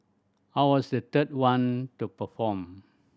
I was the third one to perform